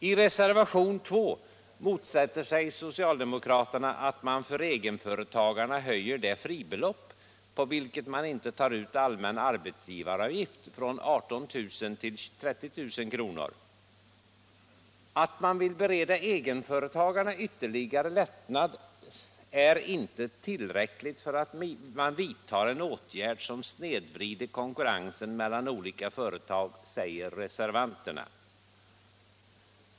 I reservation 2 motsätter sig socialdemokraterna att man för egenföretagarna höjer det fribelopp på vilket man inte tar ut allmän arbetsgivaravgift från 18 000 till 30 000 kr. Att man vill bereda egenföretagarna en ytterligare lättnad är inte ett tillräckligt skäl för att vidta en åtgärd som snedvrider konkurrensen mellan olika företag, säger reservanterna.